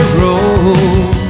road